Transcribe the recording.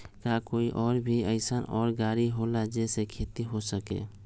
का कोई और भी अइसन और गाड़ी होला जे से खेती हो सके?